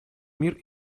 мир